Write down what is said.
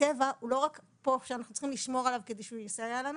הטבע הוא לא רק פה ואנחנו צריכים לשמור עליו כדי שהוא יסייע לנו,